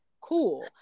cool